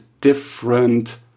different